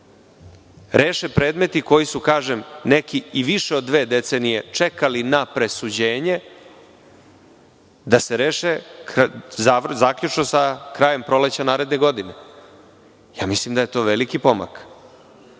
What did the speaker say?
reše predmeti koji su, kažem, neki i više od dve decenije čekali na presuđenje, da se reše zaključno sa krajem proleća naredne godine. Mislim da je to veliki pomak,